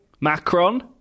Macron